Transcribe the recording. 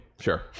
Sure